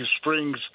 Springs